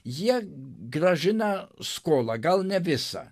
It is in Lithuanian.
jie grąžina skolą gal ne visą